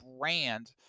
brand